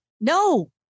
no